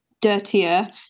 dirtier